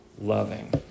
loving